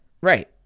Right